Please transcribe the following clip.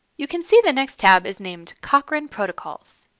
you can see the next tab is named cochrane protocols.